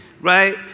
right